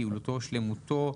יעילותו ושלמותו"